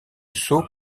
seau